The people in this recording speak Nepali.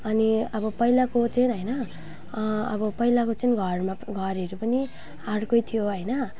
अनि अब पहिलाको चाहिँ होइन अब पहिलाको चाहिँ घरमा घरहरू पनि अर्कै थियो होइन